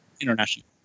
international